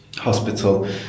hospital